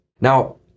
Now